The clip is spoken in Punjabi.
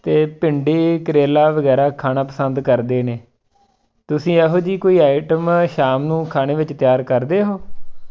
ਅਤੇ ਭਿੰਡੀ ਕਰੇਲਾ ਵਗੈਰਾ ਖਾਣਾ ਪਸੰਦ ਕਰਦੇ ਨੇ ਤੁਸੀਂ ਇਹੋ ਜਿਹੀ ਕੋਈ ਆਈਟਮ ਸ਼ਾਮ ਨੂੰ ਖਾਣੇ ਵਿੱਚ ਤਿਆਰ ਕਰਦੇ ਹੋ